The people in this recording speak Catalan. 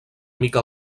mica